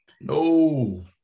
No